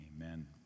Amen